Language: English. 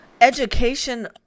education-